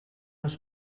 was